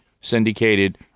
syndicated